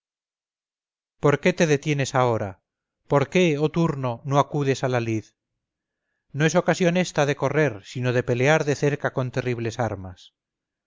por qué te detienes ahora por qué oh turno no acudes a la lid no es ocasión esta de correr sino de pelear de cerca con terribles armas